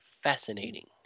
fascinating